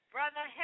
Brother